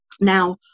Now